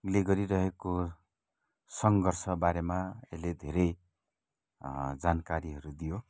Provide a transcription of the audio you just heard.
ले गरिरहेको सङ्घर्षबारेमा यसले धेरै जानकारीहरू दियो